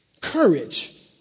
Courage